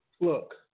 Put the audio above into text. look